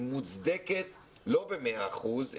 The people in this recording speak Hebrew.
היא מוצדקת לא במאה אחוז,